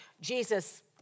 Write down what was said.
Jesus